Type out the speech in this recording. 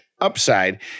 upside